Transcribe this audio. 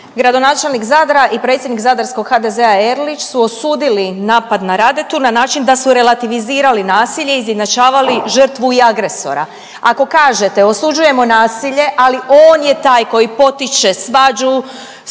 Gradonačelnik Zadra i predsjednik zadarskog HDZ-a Erlić su osudili napad na Radetu na način da su relativizirali nasilje i izjednačavali žrtvu i agresora. Ako kažete osuđujemo nasilje, ali on je taj koji potiče svađu